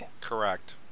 Correct